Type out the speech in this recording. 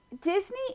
Disney